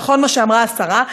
נכון מה שאמרה השרה,